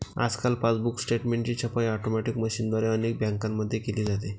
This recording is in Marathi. आजकाल पासबुक स्टेटमेंटची छपाई ऑटोमॅटिक मशीनद्वारे अनेक बँकांमध्ये केली जाते